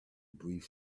brief